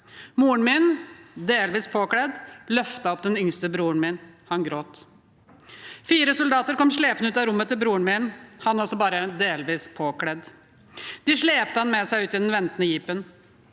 Moren min, delvis påkledd, løftet opp den yngste broren min. Han gråt. Fire soldater kom slepende med broren min ut fra rommet hans, han også bare delvis påkledd. De slepte han med seg ut i den ventende jeepen.